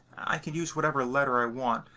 i can use whatever letter i want,